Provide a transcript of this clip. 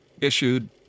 issued